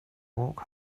walk